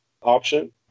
option